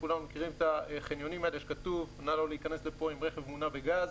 כולנו מכירים את החניונים בהם כתוב נא לא להיכנס עם רכב מונע בגז